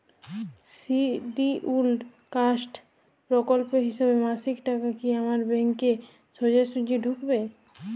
Scheduled caste প্রকল্পের হিসেবে মাসিক টাকা কি আমার ব্যাংকে সোজাসুজি ঢুকবে?